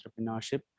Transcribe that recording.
entrepreneurship